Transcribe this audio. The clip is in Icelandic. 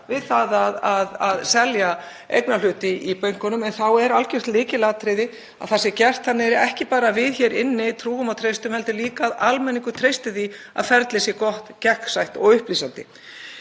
í að selja eignarhluti í bönkunum. En þá er algjört lykilatriði að það sé gert þannig að ekki bara við hér inni trúum og treystum heldur líka að almenningur treysti því að ferlið sé gott, gegnsætt og upplýsandi.